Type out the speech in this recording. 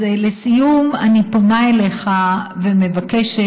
אז לסיום אני פונה אליך ומבקשת,